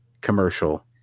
commercial